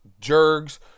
jerks